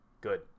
good